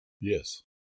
Yes